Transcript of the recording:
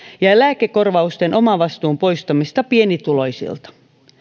ja lääkekorvausten omavastuun poistamista pienituloisilta